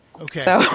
okay